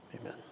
amen